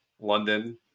London